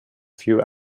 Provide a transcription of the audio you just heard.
few